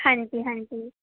ਹਾਂਜੀ ਹਾਂਜੀ